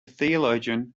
theologian